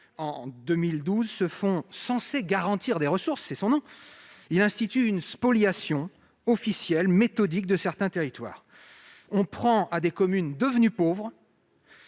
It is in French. en 2012, ce fonds, censé garantir des ressources, institue la spoliation officielle et méthodique de certains territoires. On prend à des communes devenues pauvres